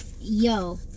yo